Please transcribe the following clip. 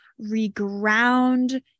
reground